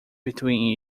between